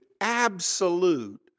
absolute